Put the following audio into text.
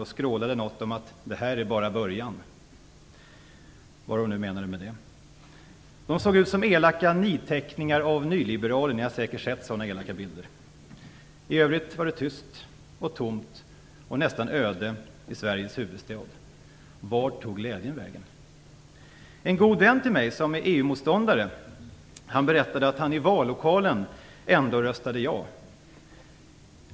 De skrålade något om att det här bara var början - vad de nu menade med det. De såg ut som elaka nidteckningar av nyliberaler; ni har säkert sett sådana bilder. I övrigt var det tyst och tomt; det var nästan öde i Sveriges huvudstad. Vart tog glädjen vägen? En god vän till mig som är EU-motståndare berättade att han i vallokalen ändå röstade ja.